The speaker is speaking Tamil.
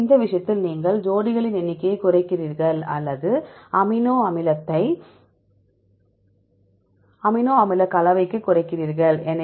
எனவே இந்த விஷயத்தில் நீங்கள் ஜோடிகளின் எண்ணிக்கையை குறைக்கிறீர்கள் அல்லது அமினோ அமிலத்தை அமினோ அமில கலவைக்கு குறைக்கிறீர்கள்